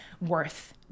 worth